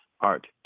art